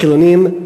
חילונים,